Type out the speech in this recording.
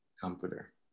comforter